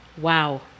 Wow